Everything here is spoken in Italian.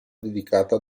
dedicata